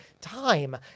time